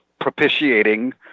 propitiating